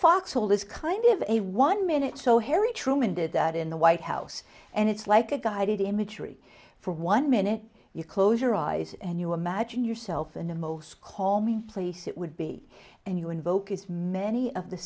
foxhole is kind of a one minute so harry truman did that in the white house and it's like a guided imagery for one minute you close your eyes and you imagine yourself in the most call me place it would be and you invoke as many of the